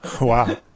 Wow